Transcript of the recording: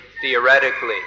theoretically